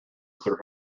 through